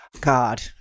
god